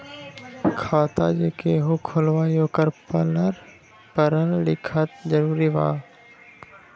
खाता जे केहु खुलवाई ओकरा परल लिखल जरूरी वा?